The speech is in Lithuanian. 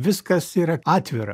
viskas yra atvira